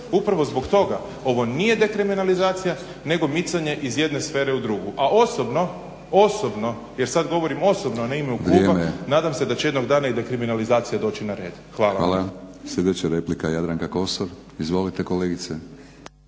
Upravo zbog toga ovo nije dekriminalizacija, nego micanje iz jedne sfere u drugu. A osobno, osobno, jer sad govorim osobno a ne u ime kluba. Nadam se da će jednog dana i dekriminalizacija doći na red. Hvala. **Batinić, Milorad (HNS)** Hvala. Sljedeća replika, Jadranka Kosor. Izvolite kolegice.